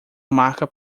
marca